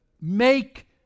Make